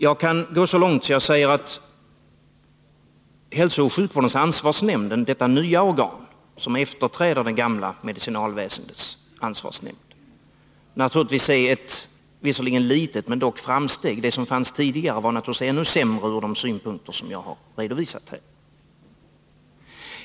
Jag kan gå så långt att jag säger att hälsooch sjukvårdens ansvarsnämnd — detta nya organ som efterträder den gamla medicinalväsendets ansvarsnämnd — naturligtvis är ett framsteg om än litet; det som fanns tidigare var naturligtvis ännu sämre ur de synpunkter jag har redovisat här.